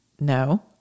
No